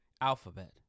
alphabet